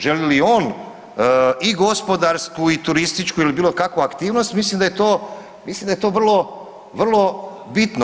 Želi li on i gospodarsku i turističku ili bilokakvu aktivnost, mislim da je to vrlo bitno.